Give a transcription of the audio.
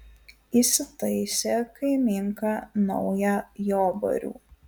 įsitaisė kaimynka naują jobarių